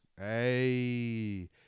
Hey